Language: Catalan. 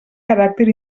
caràcter